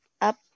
up